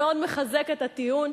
מאוד מחזק את הטיעון,